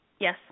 Yes